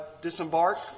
disembark